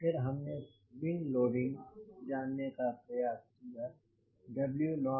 फिर हमने wing loading जानने का प्रयास किया W0S